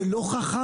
זה לא חכם.